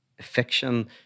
fiction